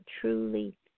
truly